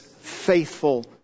faithful